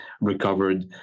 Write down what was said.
recovered